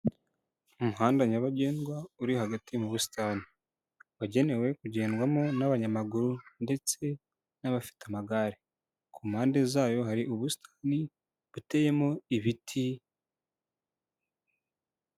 Umuhanda nyabagendwa uri hagati mu busitani , wagenewe kugendwamo n'abanyamaguru ndetse n'abafite amagare, ku mpande zayo hari ubusitani buteyemo ibiti.